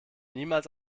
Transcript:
niemals